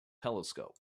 telescope